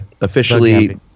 Officially